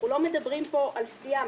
אנחנו לא מדברים על סטייה.